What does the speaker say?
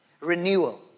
Renewal